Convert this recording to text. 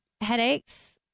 Headaches